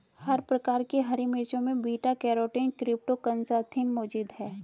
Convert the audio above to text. हर प्रकार की हरी मिर्चों में बीटा कैरोटीन क्रीप्टोक्सान्थिन मौजूद हैं